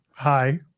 hi